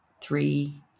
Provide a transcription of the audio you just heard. Three